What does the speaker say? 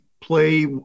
play –